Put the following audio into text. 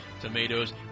tomatoes